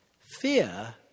Fear